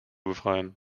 befreien